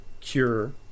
cure